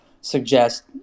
suggest